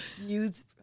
use